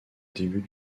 début